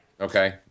Okay